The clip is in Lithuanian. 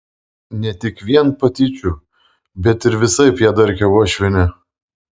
ne tik vien patyčių bet ir visaip ją darkė uošvienė